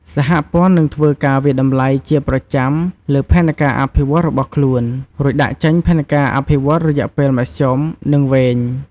សហព័ន្ធនឹងធ្វើការវាយតម្លៃជាប្រចាំលើផែនការអភិវឌ្ឍន៍របស់ខ្លួនរួចដាក់ចេញផែនការអភិវឌ្ឍន៍រយៈពេលមធ្យម និងវែង។